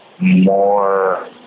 more